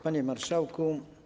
Panie Marszałku!